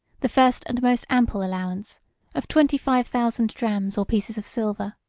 the first and most ample allowance of twenty-five thousand drachms or pieces of silver.